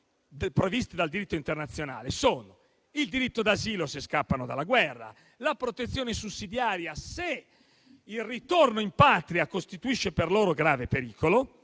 previste dal diritto internazionale sono il diritto d'asilo, se scappano dalla guerra, e la protezione sussidiaria, se il ritorno in patria costituisce per loro grave pericolo;